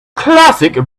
classic